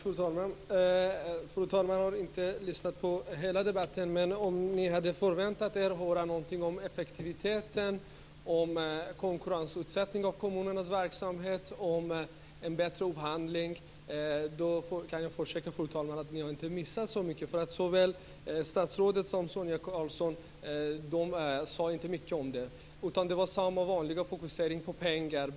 Fru talman! Fru talmannen har inte lyssnat på hela debatten men om hon hade förväntat att få höra något om effektivitet, om konkurrensutsättning av kommunernas verksamhet och om en bättre upphandling kan jag försäkra att fru talmannen inte har missat så mycket. Varken statsrådet eller Sonia Karlsson sade mycket om det, utan det var samma vanliga fokusering på pengar.